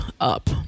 Up